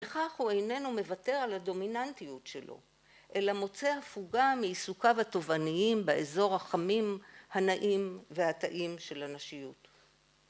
וכך הוא איננו מוותר על הדומיננטיות שלו, אלא מוצא הפוגה מעיסוקיו התובעניים באזור החמים, הנעים והטעים של הנשיות.